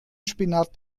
spinat